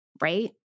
right